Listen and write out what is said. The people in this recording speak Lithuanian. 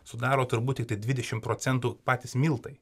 sudaro turbūt tiktai dvidešimt procentų patys miltai